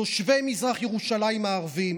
תושבי מזרח ירושלים הערבים,